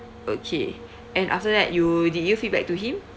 okay and after that you did you feedback to him